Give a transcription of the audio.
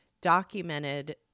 documented